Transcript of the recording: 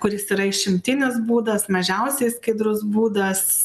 kuris yra išimtinis būdas mažiausiai skaidrus būdas